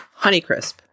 Honeycrisp